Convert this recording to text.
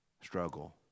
struggle